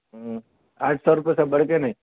آٹھ سو روپئے سے بڑھ کے نہیں